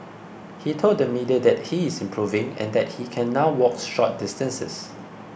he told the media that he is improving and that he can now walk short distances